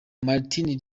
martin